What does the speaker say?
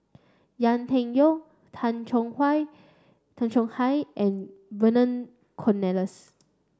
Yau Tian Yau Tay Chong Tay Chong Hai and Vernon Cornelius